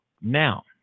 now